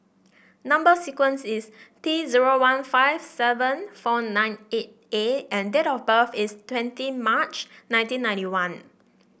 number sequence is T zero one five seven four nine eight A and date of birth is twenty March nineteen ninety one